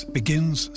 begins